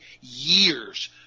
years